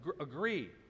agree